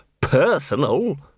personal